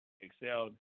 excelled